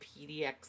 PDX